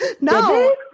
no